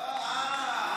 אה.